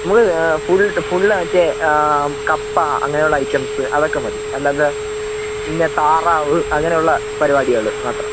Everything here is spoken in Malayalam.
നിങ്ങൾ ഫുൾ ഫുള്ള് മറ്റേ കപ്പ അങ്ങനെയുള്ള ഐറ്റംസ് അതൊക്കെ മതി അല്ലാതെ പിന്നെ താറാവ് അങ്ങനെയുള്ള പരിപാടികൾ മാത്രം